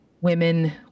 Women